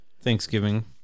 Thanksgiving